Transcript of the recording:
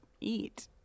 eat